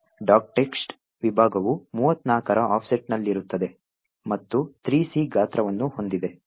text ವಿಭಾಗವು 34 ರ ಆಫ್ಸೆಟ್ನಲ್ಲಿರುತ್ತದೆ ಮತ್ತು 3C ಗಾತ್ರವನ್ನು ಹೊಂದಿದೆ